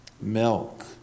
Milk